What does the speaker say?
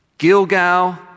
Gilgal